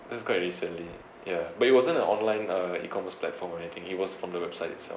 that's quite recently yeah but it wasn't an online uh E-commerce platform or anything it was from the website itself